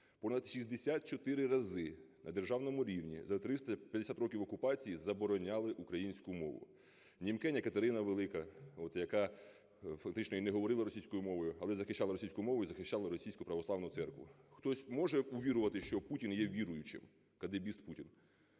Понад 64 рази на державному рівні за 350 років окупації забороняли українську мову. Німкеня Катерина Велика, яка фактично і не говорила російською мовою, але захищала російську мову і захищала Російську православну церкву. Хтось може увірувати, що Путін є віруючим, кадебіст Путін?